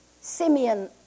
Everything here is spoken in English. Simeon